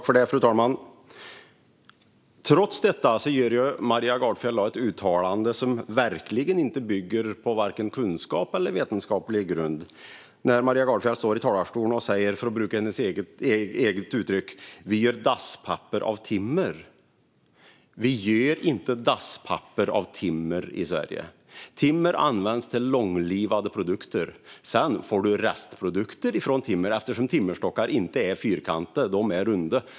Fru talman! Trots detta gör Maria Gardfjell ett uttalande som verkligen inte bygger på vare sig kunskap eller vetenskaplig grund när hon i talarstolen säger, med hennes eget uttryck, att vi gör dasspapper av timmer. Vi gör inte dasspapper av timmer i Sverige. Timmer används till långlivade produkter. Sedan blir det restprodukter från timmer eftersom timmerstockar inte är fyrkantiga utan runda.